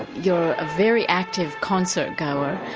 you're a very active concert goer.